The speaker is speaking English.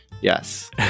Yes